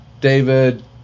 David